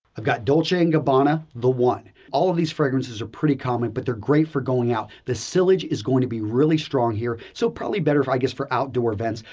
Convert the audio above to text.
i've got dolce and gabbana, the one. all of these fragrances are pretty common, but they're great for going out. the sillage is going to be really strong here, so probably better i guess for outdoor events.